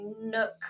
nook